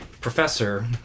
professor